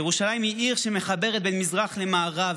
ירושלים היא עיר שמחברת בין המזרח למערב,